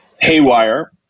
Haywire